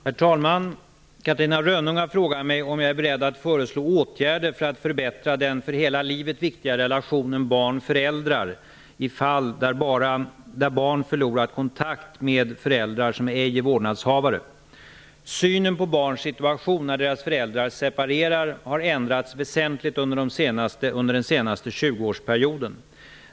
Herr talman! Catarina Rönnung har frågat mig om jag är beredd att föreslå åtgärder för att förbättra den för hela livet viktiga relationen barn--föräldrar i fall där barn förlorat kontakt med föräldrar som ej är vårdnadshavare. Synen på barns situation när deras föräldrar separerar har ändrats väsentligt under den senaste 20-årsperioden.